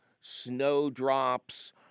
snowdrops